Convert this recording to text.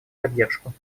поддержку